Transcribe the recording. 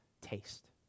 taste